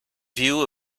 view